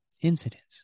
incidents